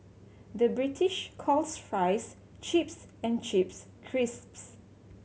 the British calls fries chips and chips crisps